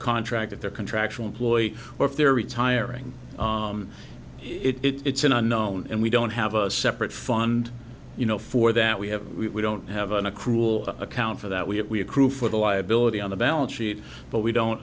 contract if they're contractual employee or if they're retiring it's an unknown and we don't have a separate fund you know for that we have we don't have an a cruel account for that we accrue for the liability on the balance sheet but we don't